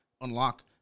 unlock